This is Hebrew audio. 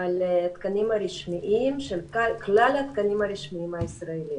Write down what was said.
של כלל התקנים הרשמיים הישראליים,